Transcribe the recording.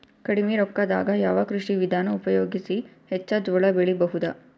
ಕಡಿಮಿ ರೊಕ್ಕದಾಗ ಯಾವ ಕೃಷಿ ವಿಧಾನ ಉಪಯೋಗಿಸಿ ಹೆಚ್ಚ ಜೋಳ ಬೆಳಿ ಬಹುದ?